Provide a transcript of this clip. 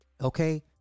Okay